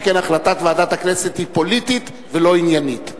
שכן החלטת ועדת הכנסת היא פוליטית ולא עניינית.